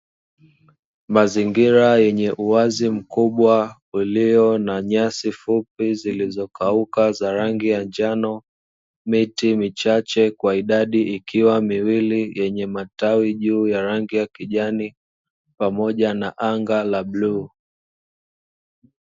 Mazingira yenye uwazi mkubwa ulio na nyasi fupi zilizokauka zenye rangi ya njano, miti michache kwa idadi ikiwa miwili yenye matawi juu ya rangi ya kijani pamoja na anga la bluu.